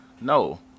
No